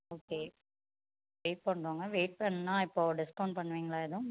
okay wait பண்ணுறோங்க wait பண்ணால் இப்போ டிஸ்கவுண்ட் பண்ணுவிங்களா எதுவும்